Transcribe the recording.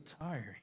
tiring